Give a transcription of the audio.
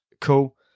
cool